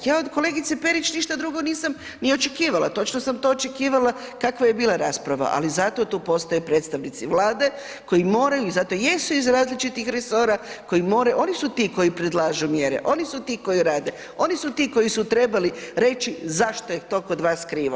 Ja od kolegice Perić ništa drugo nisam ni očekivala, točno sam to očekivala kakva je bila rasprava, ali zato tu postoje predstavnici Vlade koji moraju i zato jesu iz različitih resora, koji moraju, oni su ti koji predlažu mjere, oni su ti koji rade, oni su ti koji su trebali reći zašto je to kod vas krivo.